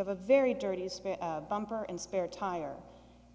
have a very dirty spit and spare tire